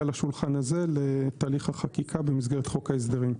לשולחן הזה לתהליך החקיקה במסגרת חוק ההסדרים.